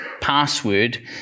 password